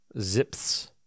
Zips